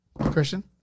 Christian